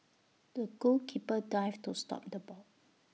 the goalkeeper dived to stop the ball